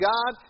God